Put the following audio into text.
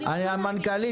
המנכ"לית,